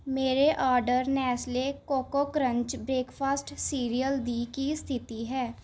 ਮੇਰੇ order Nestle Koko Krunch breakfast cereal ਦੀ ਕੀ ਸਥਿਤੀ ਹੈ